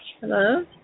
Hello